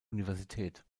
universität